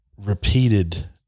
repeated